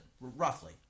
roughly